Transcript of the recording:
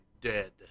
dead